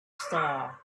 star